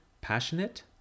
passionate